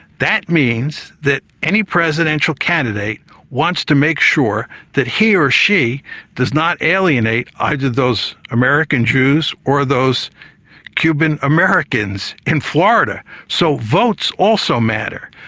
that means that any presidential candidate wants to make sure that he or she does not alienate either those american jews or those cuban americans in florida. so votes also matter.